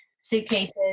suitcases